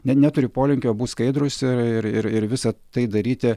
ne neturiu polinkio būt skaidrūs ir ir ir visa tai daryti